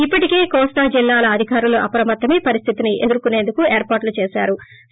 ఇప్పటికే కోస్తా జిల్లాల అధికారులు అప్రమత్తమై పరిస్దితిని ఎదుర్కొనేందుకు ఏర్పాట్లు చేశారు